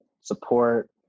support